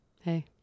Hey